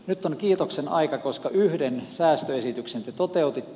nyt on kiitoksen aika koska yhden säästöesityksen te toteutitte